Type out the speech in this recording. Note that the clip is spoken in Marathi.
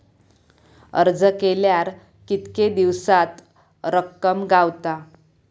अर्ज केल्यार कीतके दिवसात रक्कम गावता?